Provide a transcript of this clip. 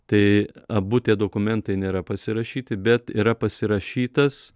tai abu tie dokumentai nėra pasirašyti bet yra pasirašytas